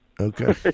Okay